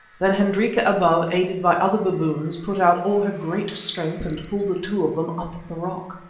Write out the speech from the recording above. then hendrika above, aided by other baboons, put out all her great strength and pulled the two of them up the rock.